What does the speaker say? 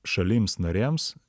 šalims narėms